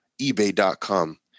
ebay.com